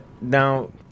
Now